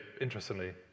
interestingly